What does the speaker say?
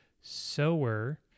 sower